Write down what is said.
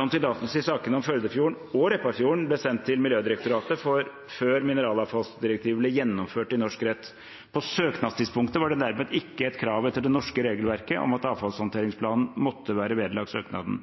om tillatelse i sakene om Førdefjorden og Repparfjorden ble sendt til Miljødirektoratet før mineralavfallsdirektivet ble gjennomført i norsk rett. På søknadstidspunktet var det dermed ikke et krav etter det norske regelverket om at avfallshåndteringsplanen måtte være vedlagt søknaden.